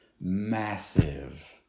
massive